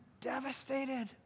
Devastated